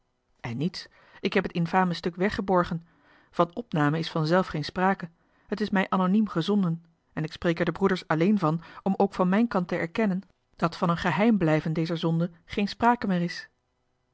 en niets ik heb het infame stuk weggeborgen van opname is vanzelf geen sprake het is mij anoniem gezonden en ik spreek er de broeders alleen van om ook van mijn kant te erkennen dat van een geheim blijven dezer zonde geen sprake meer is